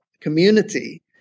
community